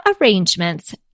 Arrangements